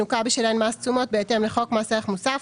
שנוכה בשלהן מס תשומות בהתאם לחוק מס ערך מוסף,